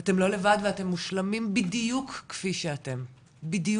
אתם לא לבד ואתם מושלמים בדיוק כפי שאתם ולהורים